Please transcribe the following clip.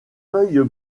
feuilles